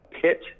pit